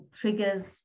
triggers